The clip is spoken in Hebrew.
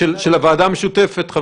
של הוועדה המשותפת הזאת, ולא של ועדת חוקה.